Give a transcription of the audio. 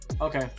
Okay